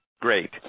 Great